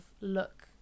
look